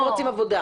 הם רוצים עבודה.